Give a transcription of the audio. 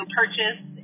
purchase